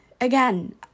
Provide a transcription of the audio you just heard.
again